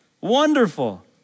Wonderful